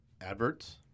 Adverts